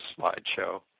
slideshow